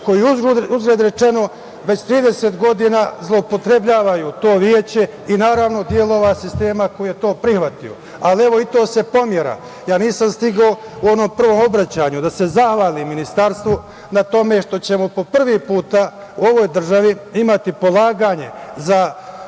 koji uzgred rečeno, već 30 godina zloupotrebljavaju to veće i, naravno, delova sistema koji je to prihvatio. Ali, evo, i to se pomera. Nisam stigao u onom prvom obraćanju da se zahvalim Ministarstvu na tome što ćemo po prvi put u ovoj državi imati polaganje za